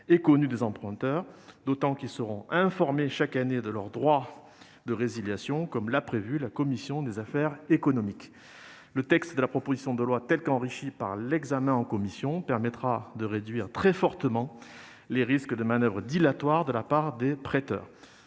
et connue des emprunteurs, car ceux-ci seront informés chaque année de leur droit de résiliation, comme l'a prévu la commission des affaires économiques. Le texte de la proposition de loi, tel qu'il a été enrichi par l'examen en commission, permettra ainsi de réduire très fortement les risques de manoeuvres dilatoires de la part des prêteurs.